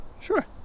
Sure